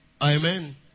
Amen